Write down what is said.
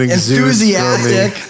enthusiastic